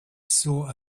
saw